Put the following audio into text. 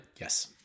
Yes